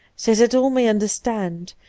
so that all may understand,